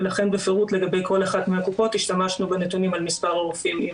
ולכן בפירוט לגבי כל אחת מהקופות השתמשנו בנתונים על מספר הרופאים אם